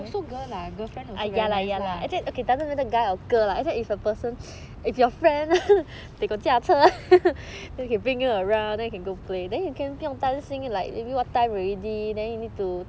friends also girl lah girlfriend also very nice lah